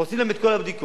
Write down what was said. עושים להם את כל הבדיקות,